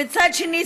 מצד שני,